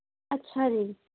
ਅੱਛਾ ਜੀ